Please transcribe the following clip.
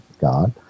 God